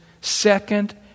second